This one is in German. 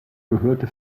gehörte